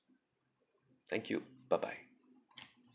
thank you bye bye